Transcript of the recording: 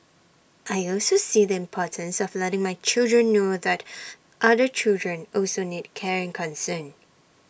I also see the importance of letting my children know that other children also need care and concern